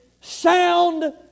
sound